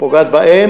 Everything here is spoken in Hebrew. פוגעת בהם,